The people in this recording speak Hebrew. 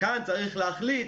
כאן צריך להחליט